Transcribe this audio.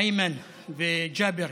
איימן וג'אבר